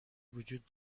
وجود